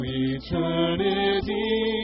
eternity